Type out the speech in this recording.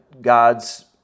God's